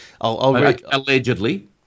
Allegedly